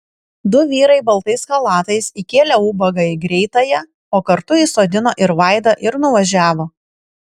du vyrai baltais chalatais įkėlė ubagą į greitąją o kartu įsodino ir vaidą ir nuvažiavo